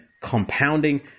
compounding